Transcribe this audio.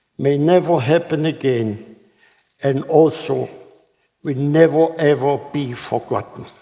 may never happen again and also will never, ever be forgotten.